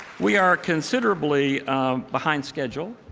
we are considerably behind schedule.